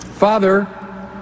Father